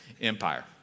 empire